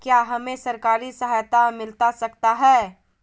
क्या हमे सरकारी सहायता मिलता सकता है?